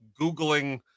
googling